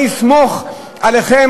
אני אסמוך עליכם,